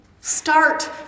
start